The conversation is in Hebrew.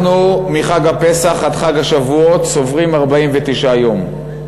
אנחנו, מחג הפסח עד חג השבועות סופרים 49 יום.